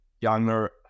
younger